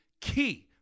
key